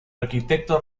arquitecto